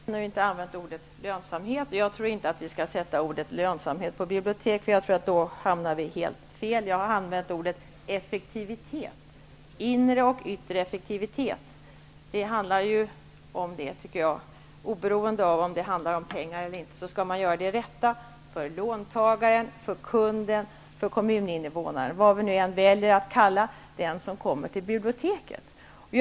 Herr talman! Jag har inte använt ordet lönsamhet, och jag tror inte att vi skall använda det ordet när det gäller biblioteken, för då hamnar vi nog helt fel. Däremot har jag använt ordet effektivitet. Jag tycker att det handlar om både en inre och en yttre effektivitet. Oberoende av om det gäller pengar eller inte skall man göra det som är rätt för låntagaren, för kunden, för kommuninnevånaren, ja, för den som kommer till biblioteket -- vad vi nu än väljer att kalla den som kommer dit.